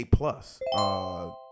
A-plus